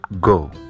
go